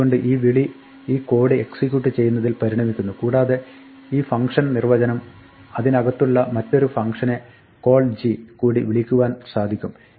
അതുകൊണ്ട് ഈ വിളി ഈ കോഡ് എക്സിക്യൂട്ട് ചെയ്യുന്നതിൽ പരിണമിക്കുന്നു കൂടാതെ ഈ ഫംഗ്ഷൻ നിർവ്വചനം അതിനകത്തുള്ള മറ്റൊരു ഫംഗ്ഷനെ call g കൂടി വിളിക്കുവാൻ സാധിക്കും